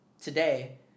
today